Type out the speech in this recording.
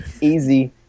Easy